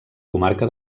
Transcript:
comarca